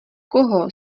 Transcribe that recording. koho